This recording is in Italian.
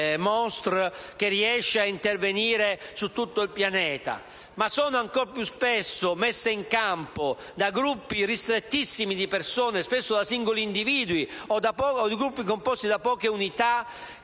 che riesce a intervenire su tutto il Pianeta, ma anche con azioni terroristiche messe in campo da gruppi ristrettissimi di persone, spesso da singoli individui o da gruppi composti da poche unità